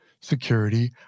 security